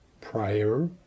prior